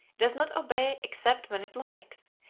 does not obey except when it likes,